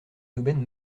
d’aubaine